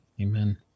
Amen